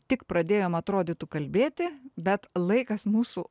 tik pradėjom atrodytų kalbėti bet laikas mūsų